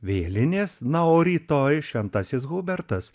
vėlinės na o rytoj šventasis hubertas